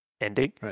ending